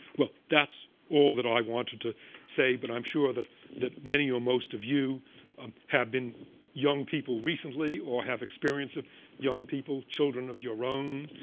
well, that's all that i wanted to say. but i'm sure that that many or most of you um have been young people recently or have experience with young people, children of your own,